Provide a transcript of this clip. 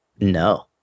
No